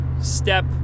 step